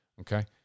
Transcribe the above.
Okay